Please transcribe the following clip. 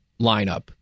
lineup